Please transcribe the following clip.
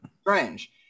Strange